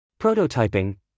Prototyping